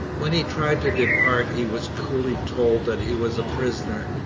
when he tried to depart he was coolly told that he was a prisoner,